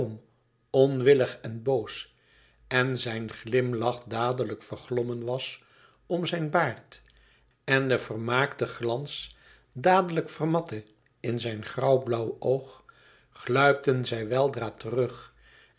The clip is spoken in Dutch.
onwillig en boos en zijn glimlach dadelijk verglommen was om zijn baard en de vermaakte glans dadelijk vermatte in zijn grauwblauw oog gluipten zij weldra terug